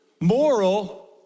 moral